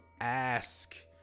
ask